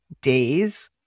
days